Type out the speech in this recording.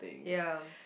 ya